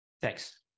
Thanks